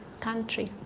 country